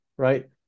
right